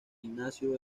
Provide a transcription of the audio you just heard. ignacio